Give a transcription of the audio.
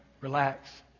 Relax